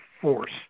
force